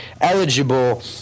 eligible